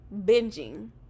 binging